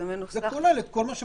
זה כולל את כל מה שאמרת,